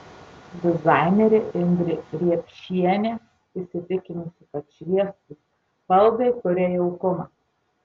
dizainerė indrė riepšienė įsitikinusi kad šviesūs baldai kuria jaukumą